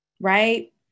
right